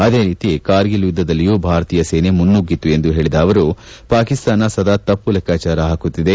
ಅದೇ ರೀತಿ ಕಾರ್ಗಿಲ್ ಯುದ್ದದಲ್ಲಿಯೂ ಭಾರತೀಯ ಸೇನೆ ಮುನ್ನುಗ್ಗಿತ್ತು ಎಂದು ಹೇಳಿದ ಅವರು ಪಾಕಿಸ್ತಾನ ಸದಾ ತಮ್ನ ಲೆಕ್ಕಾಚಾರ ಪಾಕಿತ್ತಿದೆ